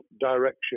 direction